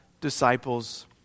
disciples